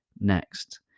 next